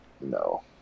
No